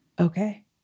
okay